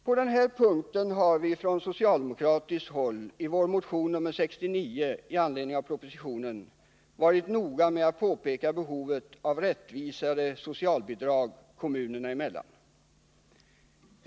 På den här punkten har vi från socialdemokratiskt håll i vår motion 69 med anledning av propositionen om socialtjänsten varit noga med att påpeka behovet av rättvisare socialbidrag kommunerna emellan.